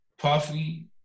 Puffy